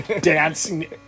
dancing